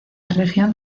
región